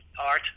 art